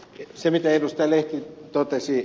se mitä ed